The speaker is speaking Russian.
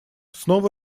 снова